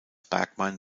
bergman